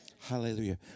Hallelujah